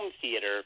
theater